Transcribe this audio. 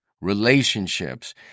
relationships